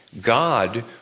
God